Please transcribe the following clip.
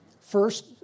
First